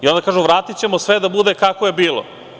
Onda kažu – vratićemo sve da bude kako je bilo.